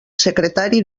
secretari